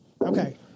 Okay